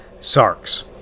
sarks